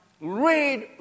Read